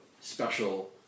special